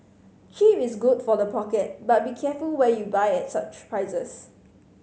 cheap is good for the pocket but be careful where you buy at such prices